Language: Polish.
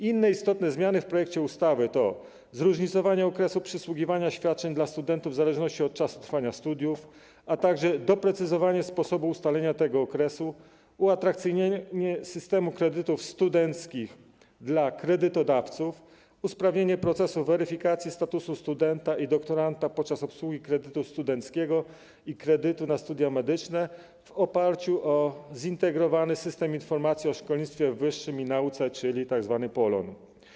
Inne istotne zmiany w projekcie ustawy to: zróżnicowanie okresu przysługiwania świadczeń dla studentów w zależności od czasu trwania studiów, a także doprecyzowanie sposobu ustalenia tego okresu, uatrakcyjnienie systemu kredytów studenckich dla kredytodawców, usprawnienie procesu weryfikacji statusu studenta i doktoranta podczas obsługi kredytu studenckiego i kredytu na studia medyczne, w oparciu o Zintegrowany System Informacji o Szkolnictwie Wyższym i Nauce, czyli tzw. POL-on.